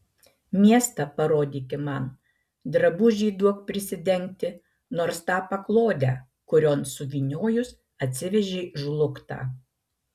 miestą parodyki man drabužį duok prisidengti nors tą paklodę kurion suvyniojus atsivežei žlugtą